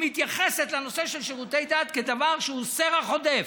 היא מתייחסת לנושא של שירותי דת כדבר שהוא סרח עודף.